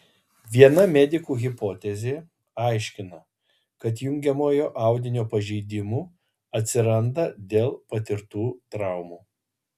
viena medikų hipotezė aiškina kad jungiamojo audinio pažeidimų atsiranda dėl patirtų traumų